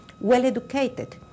well-educated